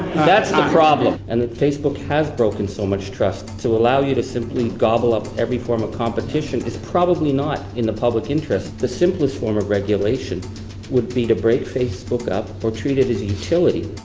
that's the problem. and that facebook has broken so much trust to allow you to simply gobble up every form of competition is probably not in the public interest. the simplest form of regulation would be to break facebook up, or treat it as a utility.